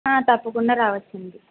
ఆ తప్పకుండా రావచ్చండి